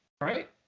right